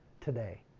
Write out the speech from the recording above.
today